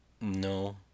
No